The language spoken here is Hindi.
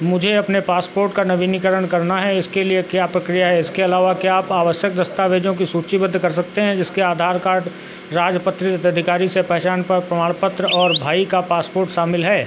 मुझे अपने पासपोर्ट का नवीनीकरण करना है इसके लिए क्या प्रक्रिया है इसके अलावा क्या आप आवश्यक दस्तावेज़ों की सूचीबद्ध कर सकते हैं जिसके आधार कार्ड राजपत्रित अधिकारी से पहचान प्रमाण पत्र और भाई का पासपोर्ट शामिल हैं